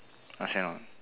understand or not